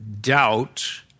doubt